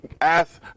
ask